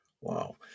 Wow